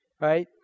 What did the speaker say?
Right